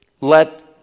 let